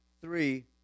three